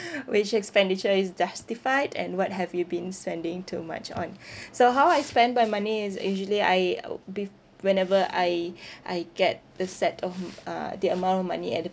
which expenditure is justified and what have you been spending too much on so how I spend my money is usually I uh be~ whenever I I get the set of uh the amount of money at the